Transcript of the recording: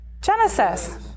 Genesis